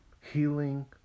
healing